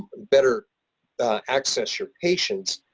better access your patients,